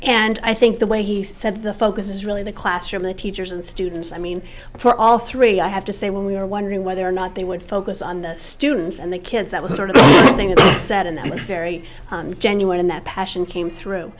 and i think the way he said the focus is really the classroom the teachers and students i mean for all three i have to say when we were wondering whether or not they would focus on the students and the kids that was sort of thing it said in the very genuine in that passion came